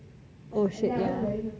oh shit